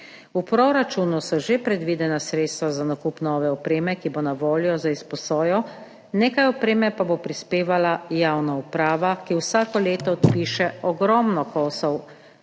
V proračunu so že predvidena sredstva za nakup nove opreme, ki bo na voljo za izposojo, nekaj opreme pa bo prispevala javna uprava, ki vsako leto odpiše ogromno kosov